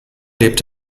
lebt